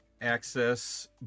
access